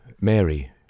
Mary